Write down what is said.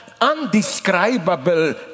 undescribable